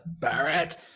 Barrett